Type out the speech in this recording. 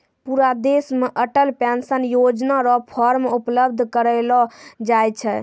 पूरा देश मे अटल पेंशन योजना र फॉर्म उपलब्ध करयलो जाय छै